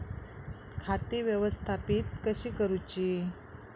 खाती व्यवस्थापित कशी करूची?